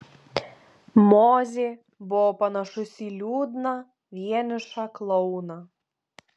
mozė buvo panašus į liūdną vienišą klouną